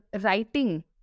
writing